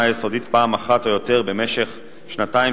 היסודית פעם אחת או יותר במשך שנתיים,